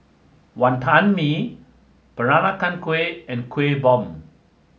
Wonton Mee Peranakan Kueh and Kueh Bom